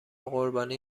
قربانی